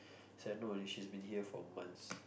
it's like no she's been here for months